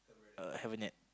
uh haven't yet